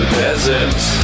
peasants